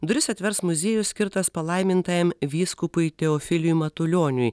duris atvers muziejus skirtas palaimintajam vyskupui teofiliui matulioniui